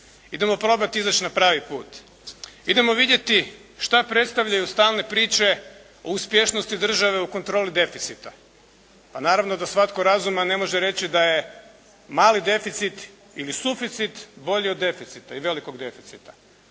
Idemo probat izaći na pravi put, idemo vidjeti što predstavljaju stalne priče o uspješnosti države u kontroli deficita. Pa naravno da svatko razuman ne može reći da je mali deficit ili suficit bolji od deficita i velikog deficita.